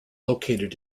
located